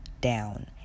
down